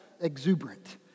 exuberant